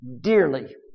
dearly